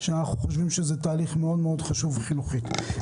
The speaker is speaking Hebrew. אנחנו חושבים שזה תהליך חשוב מאוד מבחינה חינוכית.